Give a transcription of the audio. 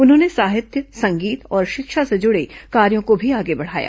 उन्होंने साहित्य संगीत और शिक्षा से जुड़े कार्यों को भी आगे बढ़ाया